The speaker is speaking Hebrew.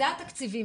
אלה התקציבים,